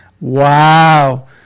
Wow